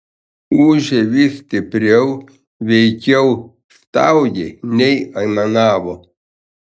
ūžė vis stipriau veikiau staugė nei aimanavo